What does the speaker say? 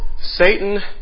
Satan